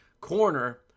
corner